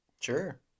Sure